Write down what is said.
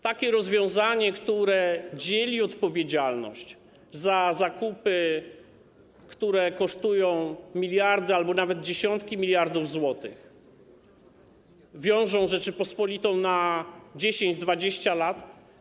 Takie rozwiązanie, które dzieli odpowiedzialność za zakupy, które kosztują miliardy albo nawet dziesiątki miliardów złotych, wiąże Rzeczpospolitą na 10-20 lat.